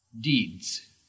deeds